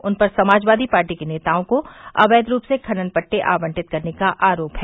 उन पर समाजवादी पार्टी के नेताओं को अवैध रूप से खनन पट्टे आवंटित करने का आरोप है